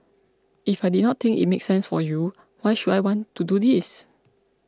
if I did not think it make sense for you why should I want to do this